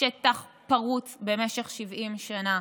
שטח פרוץ במשך 70 שנה,